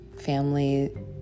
family